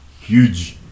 huge